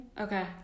Okay